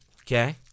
Okay